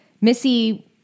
Missy